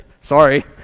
sorry